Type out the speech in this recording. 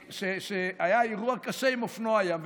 היה אירוע קשה עם אופנוע ים,